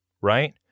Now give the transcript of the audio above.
right